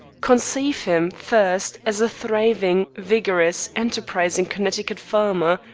conceive him, first, as a thriving, vigorous, enterprising connecticut farmer,